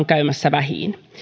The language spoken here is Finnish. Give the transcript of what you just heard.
käymässä vähiin